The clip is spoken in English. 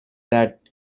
that